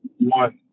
One